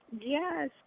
Yes